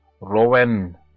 rowan